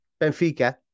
Benfica